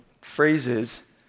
phrases